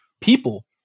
people